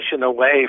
away